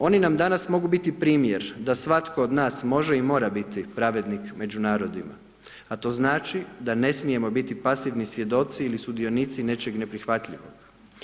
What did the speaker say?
Oni nam danas mogu biti primjer da svatko od nas može i mora biti pravednik među narodima, a to znači da ne smijemo biti pasivni svjedoci ili sudionici nečega neprihvatljivog.